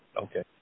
Okay